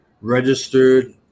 registered